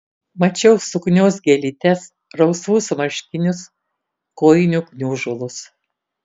mačiau suknios gėlytes rausvus marškinius kojinių gniužulus